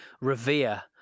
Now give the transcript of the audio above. revere